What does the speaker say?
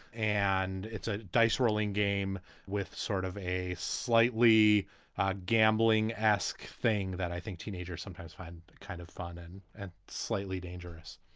and it's a dice rolling game with sort of a slightly gambling ask. thing that i think teenagers sometimes find kind of fun in and slightly dangerous.